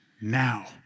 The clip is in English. now